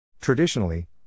Traditionally